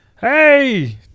Hey